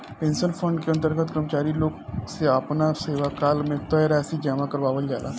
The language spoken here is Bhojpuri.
पेंशन फंड के अंतर्गत कर्मचारी लोग से आपना सेवाकाल में तय राशि जामा करावल जाला